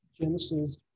Genesis